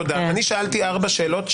אני שאלתי ארבע שאלות,